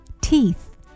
Teeth